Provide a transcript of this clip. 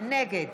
נגד